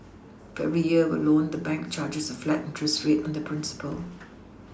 for every year a loan the bank charges a flat interest rate on the principal